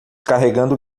carregando